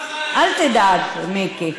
אל תדאג, מיקי.